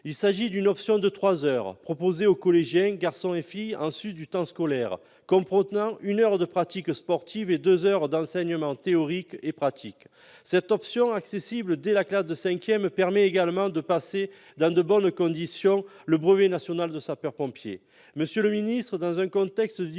Il s'agit d'une option de trois heures proposée aux collégiens, garçons et filles, en sus du temps scolaire, comprenant une heure de pratique sportive et deux heures d'enseignement théorique et pratique. Cette option accessible dès la classe de cinquième permet également de passer dans de bonnes conditions le brevet national de jeune sapeur-pompier.